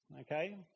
okay